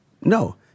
no